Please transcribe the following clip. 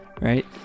right